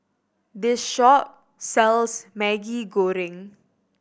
this shop sells Maggi Goreng